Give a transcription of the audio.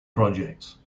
projects